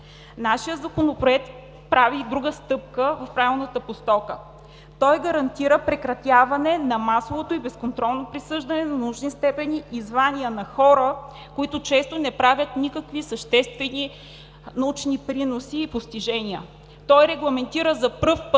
Нашият Законопроект прави и друга стъпка в правилната посока – гарантира прекратяване на масовото и безконтролно присъждане на научни степени и звания на хора, които често не правят никакви съществени научни приноси и постижения. Той регламентира за първи път